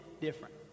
different